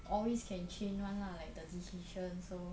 always can change [one] lah like the decision so